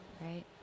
Right